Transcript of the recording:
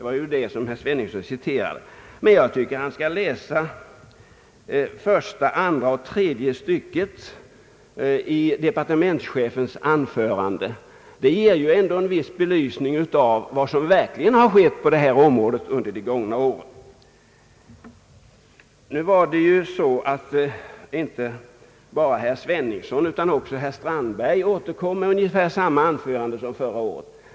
Jag tycker att herr Sveningsson också skall läsa första, andra och tredje styckena i departementschefens anförande. Det ger en viss belysning av vad som verkligen skett på detta område under de gångna åren. Inte bara herr Sveningsson utan också herr Strandberg höll i stort sett samma anförande som förra året.